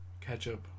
ketchup